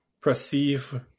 perceive